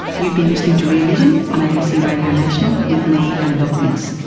you've been listening to rear vision on abc radio national, with me, annabelle quince.